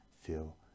feel